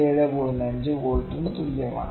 5 വോൾട്ടിന് തുല്യമാണ്